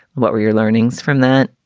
what were your learnings from that?